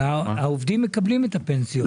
העובדים מקבלים את הפנסיות.